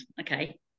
Okay